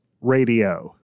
Radio